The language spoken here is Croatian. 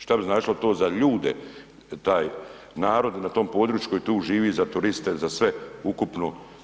Šta bi značilo za ljude taj narod na tom području koji tu živi, za turiste, za sve ukupno?